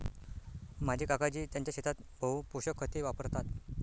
माझे काकाजी त्यांच्या शेतात बहु पोषक खते वापरतात